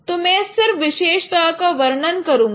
तो मैं सिर्फ विशेषता का वर्णन करुंगा